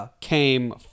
came